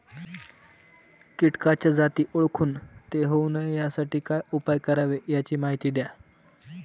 किटकाच्या जाती ओळखून ते होऊ नये यासाठी काय उपाय करावे याची माहिती द्या